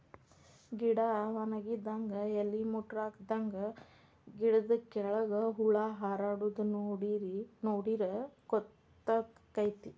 ಗಿಡಾ ವನಗಿದಂಗ ಎಲಿ ಮುಟ್ರಾದಂಗ ಗಿಡದ ಕೆಳ್ಗ ಹುಳಾ ಹಾರಾಡುದ ನೋಡಿರ ಗೊತ್ತಕೈತಿ